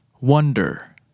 wonder